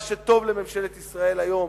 מה שטוב לממשלת ישראל היום,